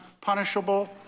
punishable